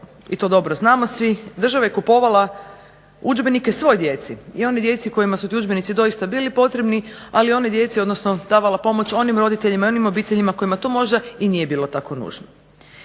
i to dobro znamo svi država je kupovala udžbenike svoj djeci i onoj djeci kojima su ti udžbenici bili doista potrebni, ali davala se pomoć i onim roditeljima i onim obiteljima kojima to možda i nije bilo tako nužno.